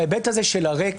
בהיבט של הרקע,